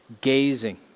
gazing